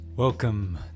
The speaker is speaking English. Welcome